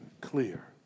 clear